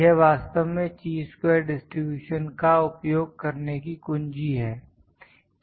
यह वास्तव में ची स्क्वेर डिस्ट्रब्यूशन का उपयोग करने की कुंजी है